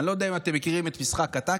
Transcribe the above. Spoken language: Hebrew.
אני לא יודע אם אתם מכירים את משחק הטאקי,